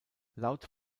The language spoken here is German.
laut